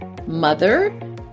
mother